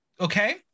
Okay